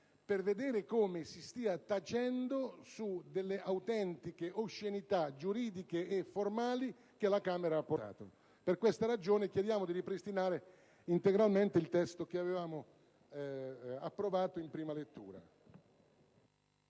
per vedere come si stia tacendo su delle autentiche oscenità giuridiche e formali che la Camera ha apportato. Per questa ragione chiediamo di ripristinare integralmente il testo che avevamo approvato in prima lettura.